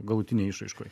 galutinėj išraiškoj